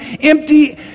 empty